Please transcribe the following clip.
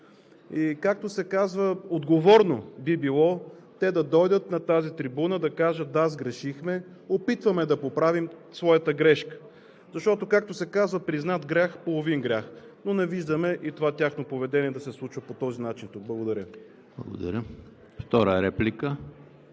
И както се казва, отговорно би било те да дойдат на тази трибуна и да кажат: да, сгрешихме, опитваме да поправим своята грешка. Защото, както се казва: признат грях – половин грях, но не виждаме това тяхно поведение да се случва по този начин. Благодаря